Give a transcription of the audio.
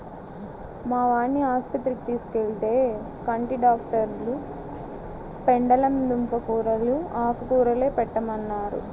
మా వాడిని ఆస్పత్రికి తీసుకెళ్తే, కంటి డాక్టరు పెండలం దుంప కూరలూ, ఆకుకూరలే పెట్టమన్నారు